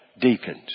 deacons